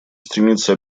стремиться